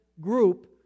group